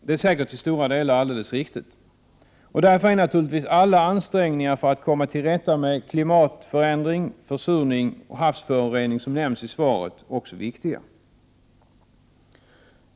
Det är säkert till stora delar riktigt. Därför är naturligtvis alla ansträngningar för att komma till rätta med klimatförändring, försurning och havsförorening, som nämns i svaret, viktiga.